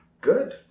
Good